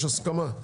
יש הסכמה?